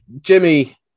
Jimmy